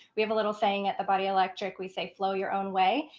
we have a little thing at the body electric. we say, flow your own way.